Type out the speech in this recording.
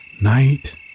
Night